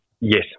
Yes